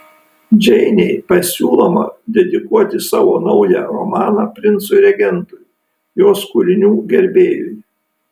džeinei pasiūloma dedikuoti savo naują romaną princui regentui jos kūrinių gerbėjui